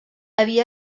havia